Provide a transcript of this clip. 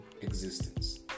existence